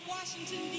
Washington